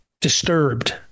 disturbed